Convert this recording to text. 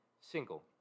single